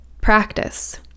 Practice